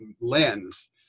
lens